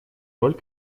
роль